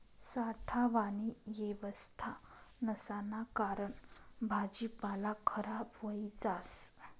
साठावानी येवस्था नसाना कारण भाजीपाला खराब व्हयी जास